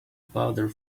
powder